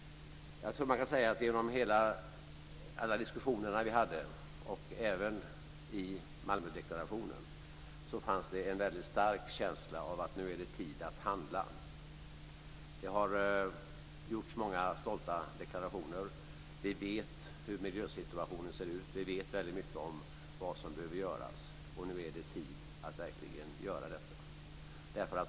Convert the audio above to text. Jag tror att man kan säga att det genom alla diskussioner som vi hade och även i Malmödeklarationen fanns en väldigt stark känsla av att det nu är tid att handla. Det har gjorts många stolta deklarationer. Vi vet hur miljösituationen ser ut. Vi vet väldigt mycket om vad som behöver göras, och nu är det tid att verkligen göra detta.